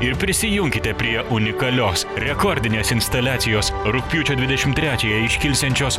ir prisijunkite prie unikalios rekordinės instaliacijos rugpjūčio dvidešimt trečiąją iškilsiančios